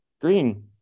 Green